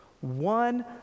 One